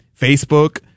Facebook